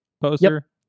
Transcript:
poster